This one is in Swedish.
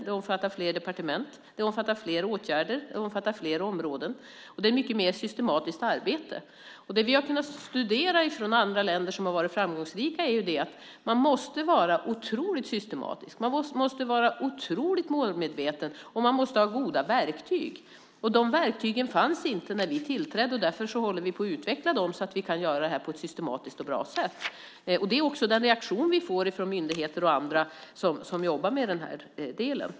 Det omfattar fler departement. Det omfattar fler åtgärder. Det omfattar fler områden. Det är ett mycket mer systematiskt arbete. Det vi har kunnat se när vi har studerat andra länder som har varit framgångsrika är att man måste vara otroligt systematisk. Man måste vara otroligt målmedveten, och man måste ha goda verktyg. De verktygen fanns inte när vi tillträdde. Därför håller vi på att utveckla dem så att vi kan göra det här på ett systematiskt och bra sätt. Det är också den reaktion vi får från myndigheter och andra som jobbar med den här delen.